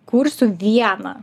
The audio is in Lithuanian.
kursiu vieną